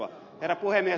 herra puhemies